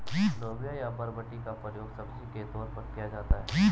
लोबिया या बरबटी का प्रयोग सब्जी के तौर पर किया जाता है